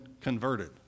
converted